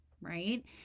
right